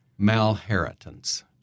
malheritance